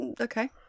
Okay